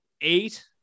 eight